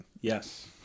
Yes